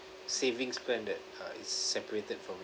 savings plan that uh is separated from it